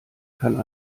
kann